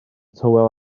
tywel